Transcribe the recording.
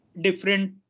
different